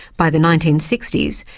by the nineteen sixty s,